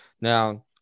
now